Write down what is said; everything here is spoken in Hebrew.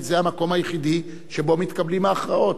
כי זה המקום היחידי שבו מתקבלות ההכרעות.